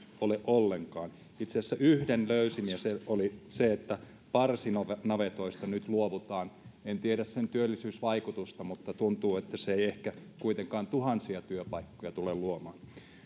ole ollenkaan itse asiassa yhden löysin ja se oli se että parsinavetoista nyt luovutaan en tiedä sen työllisyysvaikutusta mutta tuntuu että se ei ehkä kuitenkaan tuhansia työpaikkoja tule luomaan